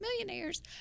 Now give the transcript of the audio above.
millionaires